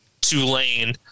Tulane